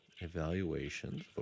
evaluations